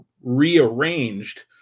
rearranged